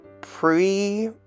pre